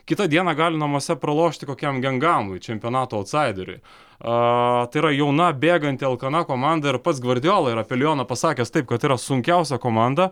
kitą dieną gali namuose pralošti kokiam gangamui čempionato autsaideriui tai yra jauna bėganti alkana komanda ir pats gvardijolo ir apie lioną yra pasakęs taip kad yra sunkiausia komanda